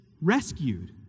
rescued